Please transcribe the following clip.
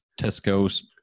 Tesco's